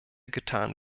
getan